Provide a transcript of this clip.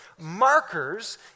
markers